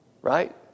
Right